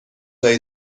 هایی